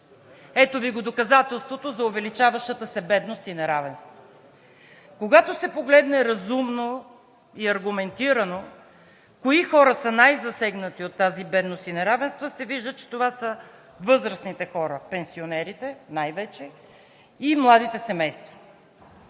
Ето Ви доказателството за увеличаващата се бедност и неравенство. Когато се погледне разумно и аргументирано кои хора са най-засегнати от тази бедност и неравенства, се вижда, че това са възрастните хора – най-вече пенсионерите и младите семейства.